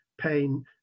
pain